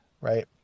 right